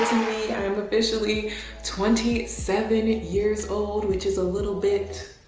me. i'm officially twenty seven years old, which is a little bit,